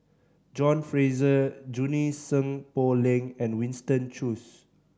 John Fraser Junie Sng Poh Leng and Winston Choos